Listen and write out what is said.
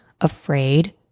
afraid